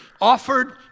offered